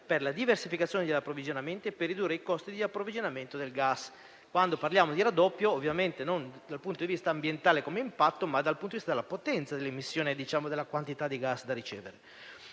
per la diversificazione degli approvvigionamenti e per ridurre i costi di approvvigionamento del gas. Quando parliamo di raddoppio, ovviamente lo facciamo non dal punto di vista ambientale, come impatto, ma della potenza delle emissioni e della quantità di gas da ricevere.